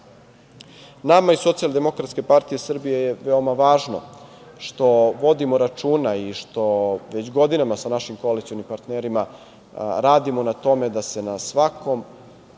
iz Socijaldemokratske partije Srbije je veoma važno što vodimo računa i što već godinama sa našim koalicionim partnerima radimo na tome da se na svakom